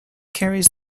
carries